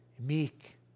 Meek